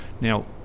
Now